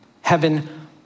heaven